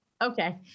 Okay